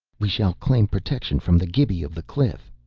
we shall claim protection from the gibi of the cliff.